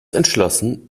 entschlossen